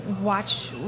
watch